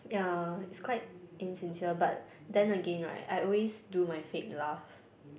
yeah it's quite insincere but then again right I always do my fake laugh